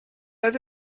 oedd